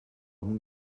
amb